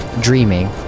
Dreaming